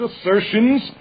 assertions